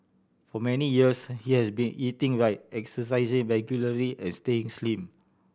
for many years he has been eating right exercising regularly and staying slim